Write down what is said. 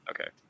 Okay